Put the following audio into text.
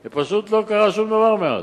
אבל לא, פשוט לא קרה שום דבר מאז.